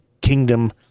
kingdom